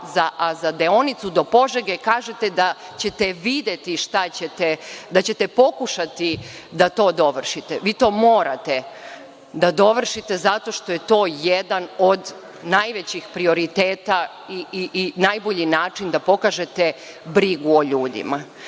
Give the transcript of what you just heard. a za deonicu do Požege kažete da ćete pokušati da to dovršite. Vi to morate da dovršite zato što je to jedan od najvećih prioriteta i najbolji način da pokažete brigu o ljudima. Isto